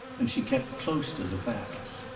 and she kept close to the facts.